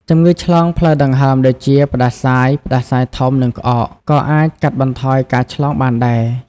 ជំងឺឆ្លងផ្លូវដង្ហើមដូចជា ផ្តាសាយ ផ្តាសាយធំ និងក្អក ក៏អាចកាត់បន្ថយការឆ្លងបានដែរ។